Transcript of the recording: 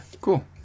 cool